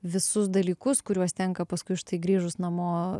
visus dalykus kuriuos tenka paskui štai grįžus namo